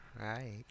right